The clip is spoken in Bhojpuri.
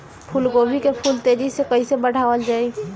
फूल गोभी के फूल तेजी से कइसे बढ़ावल जाई?